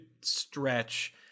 stretch